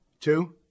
Two